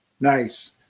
nice